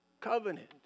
covenant